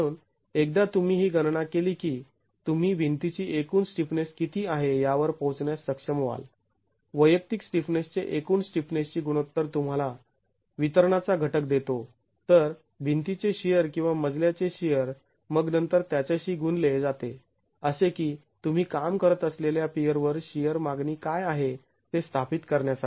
म्हणून एकदा तुम्ही ही गणना केली की तुम्ही भिंतीची एकूण स्टिफनेस किती आहे यावर पोहोचण्यास सक्षम व्हाल वैयक्तिक स्टिफनेस चे एकूण स्टिफनेसशी गुणोत्तर तुम्हाला वितरणा चा घटक देतो तर भिंतीचे शिअर किंवा मजल्याचे शिअर मग नंतर त्याच्याशी गुणले जाते असे की तुम्ही काम करत असलेल्या पियरवर शिअर मागणी काय आहे ते स्थापित करण्यासाठी